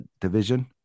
division